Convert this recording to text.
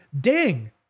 ding